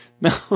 No